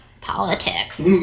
politics